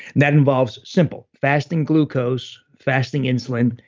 that involves simple, fasting glucose, fasting insulin,